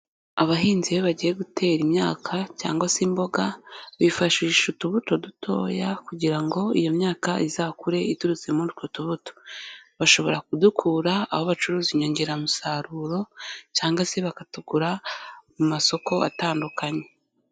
Abahinzi iyo bagiye gutera imyaka cyangwa se imboga, bifashisha utubuto dutoya kugira ngo iyo myaka izakure iturutse muri utwo tubuto, bashobora kudukura aho bacuruza inyongeramusaruro cyangwa se bakatugura mu masoko atandukanye.